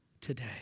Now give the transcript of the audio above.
today